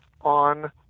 on